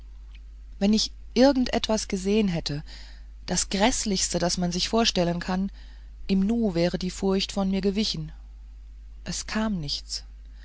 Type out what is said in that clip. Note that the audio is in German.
wenn ich irgend etwas gesehen hätte das gräßlichste was man sich vorstellen kann im nu wäre die furcht von mir gewichen es kam nichts